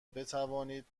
بتوانید